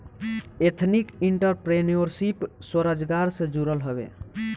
ethnic entrepreneurship स्वरोजगार से जुड़ल हवे